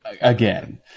Again